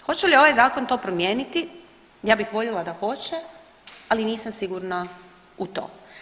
Hoće li ovaj zakon to promijeniti ja bih voljela da hoće, ali nisam sigurna u to.